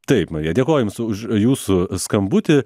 taip marija dėkoju jums už jūsų skambutį